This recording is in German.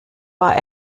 war